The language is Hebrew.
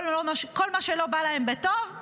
כל מה שלא בא להם בטוב,